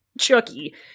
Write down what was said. Chucky